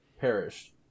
perished